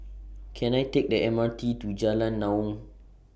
Can I Take The M R T to Jalan Naung